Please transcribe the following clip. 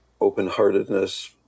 open-heartedness